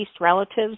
relatives